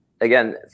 again